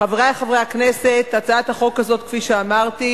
חברי חברי הכנסת, הצעת החוק הזאת, כפי שאמרתי,